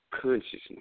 consciousness